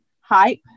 hype